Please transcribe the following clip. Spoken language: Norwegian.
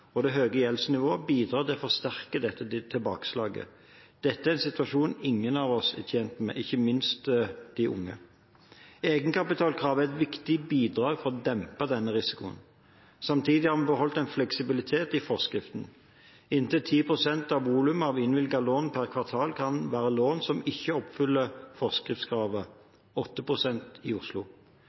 og det høye gjeldsnivået bidra til å forsterke dette tilbakeslaget. Det er en situasjon ingen av oss er tjent med, aller minst de unge. Egenkapitalkravet er et viktig bidrag for å dempe denne risikoen. Samtidig har vi beholdt en fleksibilitet i forskriften. Inntil 10 pst. av volumet av innvilgede lån per kvartal kan være lån som ikke oppfyller forskriftskravene – 8 pst. i Oslo.